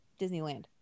Disneyland